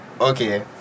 Okay